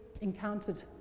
encountered